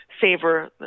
favor